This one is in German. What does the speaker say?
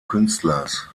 künstlers